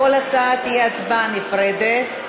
לכל הצעה תהיה הצבעה נפרדת.